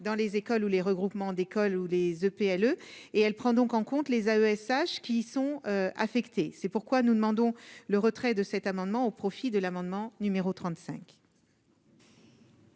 dans les écoles ou les regroupements d'écoles ou les EPL et elle prend donc en compte les AESH qui sont affectés, c'est pourquoi nous demandons le retrait de cet amendement au profit de l'amendement numéro 35.